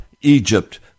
Egypt